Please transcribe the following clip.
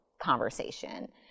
conversation